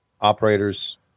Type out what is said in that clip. operators